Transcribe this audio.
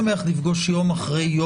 שכפופים וכל המקומות שחייבים לפעול בתו ירוק?